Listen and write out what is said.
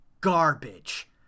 garbage